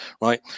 right